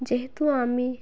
যেহেতু আমি